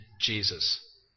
Jesus